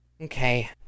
okay